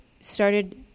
started